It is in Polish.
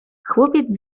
chłopiec